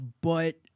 but-